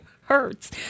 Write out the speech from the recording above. hurts